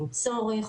עם צורך,